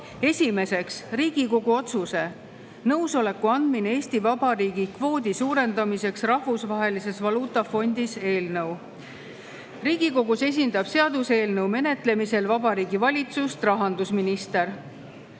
Esimeseks, Riigikogu otsuse "Nõusoleku andmine Eesti Vabariigi kvoodi suurendamiseks Rahvusvahelises Valuutafondis" eelnõu. Riigikogus esindab eelnõu menetlemisel Vabariigi Valitsust rahandusminister.